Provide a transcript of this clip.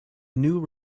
new